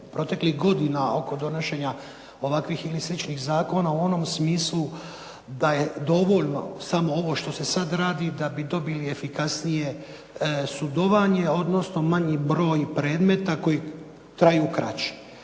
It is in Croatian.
proteklih godina oko donošenja ovakvih ili sličnih zakona u onom smislu da je dovoljno samo ovo što se sad radi, da bi to bili efikasnije sudovanje odnosno manji broj predmeta koji traju kraće.